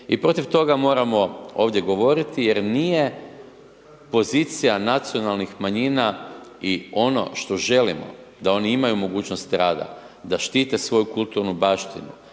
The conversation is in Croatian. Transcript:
I protiv toga moramo ovdje govoriti jer nije pozicija nacionalnih manjina i ono što želimo da oni imaju mogućnost rada, da štite svoju kulturnu baštinu,